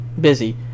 busy